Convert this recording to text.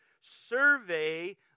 survey